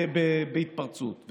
לעמוד בהתפרצות?